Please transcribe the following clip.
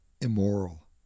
immoral